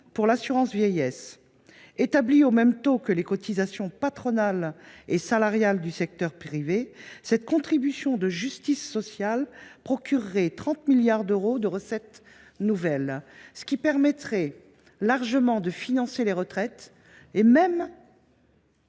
pour l’assurance vieillesse. Établie au même taux que les cotisations patronales et salariales du secteur privé, cette contribution de justice sociale procurerait 30 milliards d’euros de recettes nouvelles, ce qui permettrait largement de financer les retraites et même